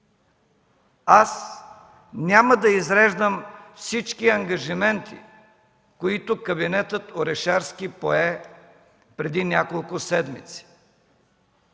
Аз няма да изреждам всички ангажименти, които кабинетът Орешарски пое преди няколко седмици.